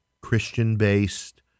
Christian-based